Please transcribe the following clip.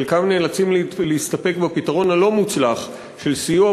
חלקם נאלצים להסתפק בפתרון הלא-מוצלח של סיוע